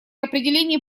определении